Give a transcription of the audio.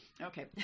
Okay